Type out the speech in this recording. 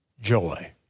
Joy